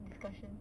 discussion